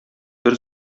бер